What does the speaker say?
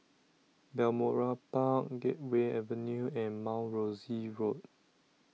Balmoral Park Gateway Avenue and Mount Rosie Road